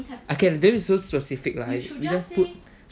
okay don't be so specific like you just put